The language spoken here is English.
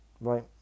right